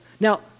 Now